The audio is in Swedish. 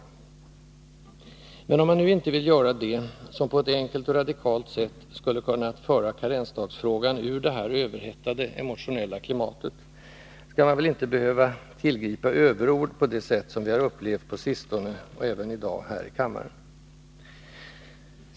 Även om man nu inte vill göra det som på ett enkelt och radikalt sätt skulle kunna föra karensdagsfrågan ur detta överhettade emotionella klimat, skall man väl inte behöva tillgripa överord på det sätt som vi har upplevt på sistone och även i dag här i kammaren.